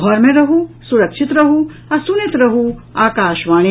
घर मे रहू सुरक्षित रहू आ सुनैत रहू आकाशवाणी